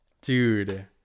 dude